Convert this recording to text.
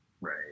Right